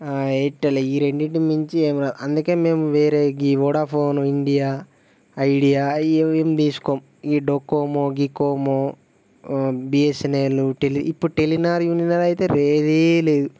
ఎయిర్టెలే ఈ రెండిటిని మించి ఏమి రావు అందుకే మేము వేరే ఈ వోడాఫోన్ ఇండియా ఐడియా ఇవేమీ తీసుకోము ఈ డొకోమో గికోమో బిఎస్ఎన్ఎల్ టెలి ఇప్పుడు టెలినార్ యూనినార్ అయితే లేనే లేదు